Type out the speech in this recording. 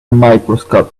microscope